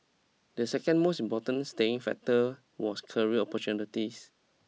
the second most important staying factor was career opportunities